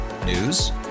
News